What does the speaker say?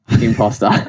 Imposter